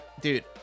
dude